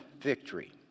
victory